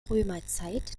römerzeit